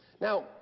Now